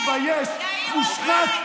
תתבייש, מושחת.